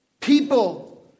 People